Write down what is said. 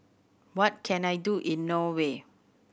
what can I do in Norway